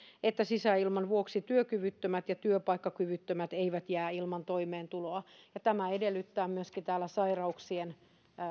että sisäilman vuoksi työkyvyttömät ja työpaikkakyvyttömät eivät jää ilman toimeentuloa ja tämä edellyttää myöskin sairauksien